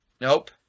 Nope